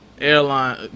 airline